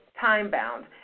time-bound